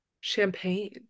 champagne